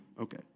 Okay